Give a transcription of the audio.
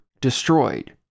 destroyed